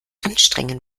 anstrengen